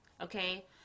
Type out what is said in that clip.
okay